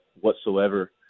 whatsoever